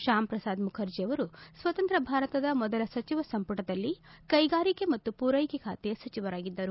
ಶ್ಯಾಮಪ್ರಸಾದ್ ಮುಖರ್ಜ ಅವರು ಸ್ವಾತಂತ್ರ್ಯ ಭಾರತದ ಮೊದಲ ಸಚಿವ ಸಂಪುಟದಲ್ಲಿ ಕೈಗಾರಿಕೆ ಮತ್ತು ಪೂರೈಕೆ ಖಾತೆಯ ಸಚಿವರಾಗಿದ್ದರು